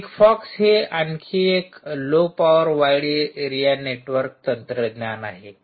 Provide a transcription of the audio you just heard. Sigfox हे आणखी एक low power wide area network तंत्रज्ञान आहे